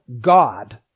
God